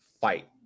fight